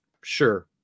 sure